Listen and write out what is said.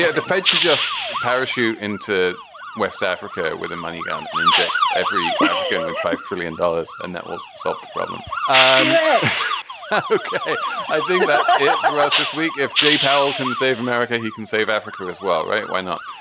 yeah the fed should just parachute into west africa with the money um and inject every five trillion dollars and that will solve the problem. ah i think about so yeah the rest this week. if jay powell can save america, he can save africa as well. right. why not?